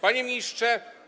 Panie Ministrze!